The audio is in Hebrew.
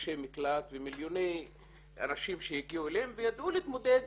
מבקשי מקלט ומיליוני אנשים שהגיעו אליהם וידעו להתמודד